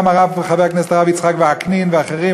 גם חבר הכנסת הרב יצחק וקנין ואחרים,